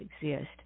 exist